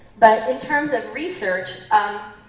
but in terms of research,